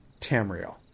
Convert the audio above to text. Tamriel